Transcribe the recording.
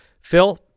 Phil